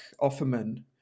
Offerman